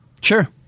Sure